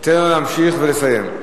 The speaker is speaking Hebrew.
ניתן לו להמשיך ולסיים.